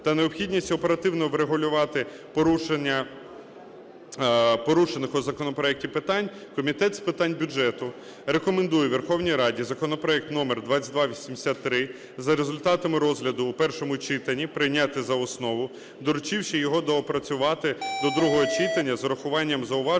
та необхідність оперативно врегулювати порушені у законопроекті питання, Комітет з питань бюджету рекомендує Верховній Раді законопроект номер 2283 за результатами розгляду у першому читанні прийняти за основу, доручивши його доопрацювати до другого читання з урахуванням зауважень